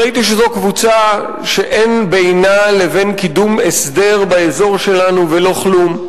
ראיתי שזו קבוצה שאין בינה לבין קידום הסדר באזור שלנו ולא כלום.